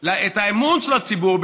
את האמון של הציבור,